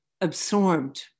absorbed